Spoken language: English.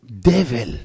devil